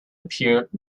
appeared